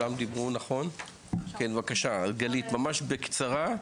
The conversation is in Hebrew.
בבקשה גלית ממש בקצרה,